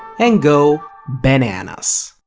and go bananas!